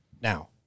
now